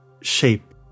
shape